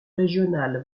régionale